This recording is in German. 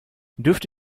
dürfte